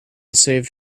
saved